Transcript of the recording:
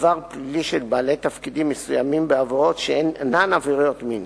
עבר פלילי של בעלי תפקידים מסוימים בעבירות שאינן עבירות מין.